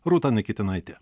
rūta nikitinaitė